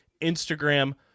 Instagram